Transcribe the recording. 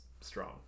strong